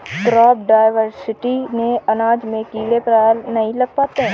crop diversity से अनाज में कीड़े प्रायः नहीं लग पाते हैं